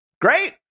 Great